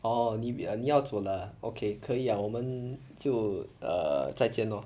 orh 你你要煮了 okay 可以 ah 我们就 err 再见 lor